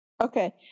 Okay